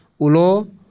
ulo